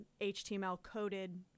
HTML-coded